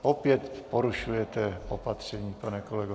Opět porušujete opatření, pane kolego.